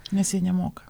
nes jie nemoka